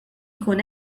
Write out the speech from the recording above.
ikun